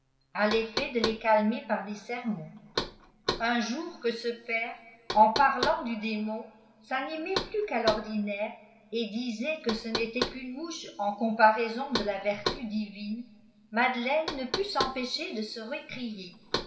à l'effet de les calmer par des sermons un jour que ce père en parlant du démon s'animait plus qu'il l'ordinaire et disait que ce n'était qu'une mouche en comparaison de la vertu divine madeleine ne put s'empêcher de se récrier